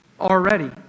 already